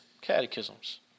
catechisms